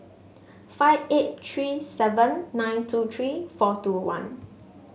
five eight three seven nine two three four two one